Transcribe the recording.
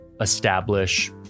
establish